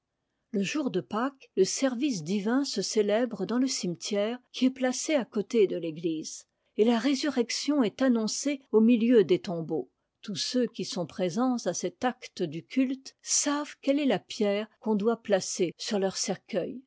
le jour de pâques le service divin se célèbre dans le cimetière qui est placé à côté de l'église et la résurrection est annoncée au milieu des tombeaux tous ceux qui sont présents à cet acte du culte savent quelle est la pierre qu'on doit placer sur leur cercueil